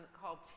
called